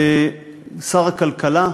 לשר הכלכלה,